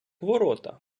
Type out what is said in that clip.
ворота